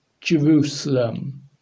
Jerusalem